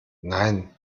nein